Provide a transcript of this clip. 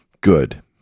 good